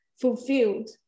fulfilled